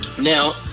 Now